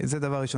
זה דבר ראשון.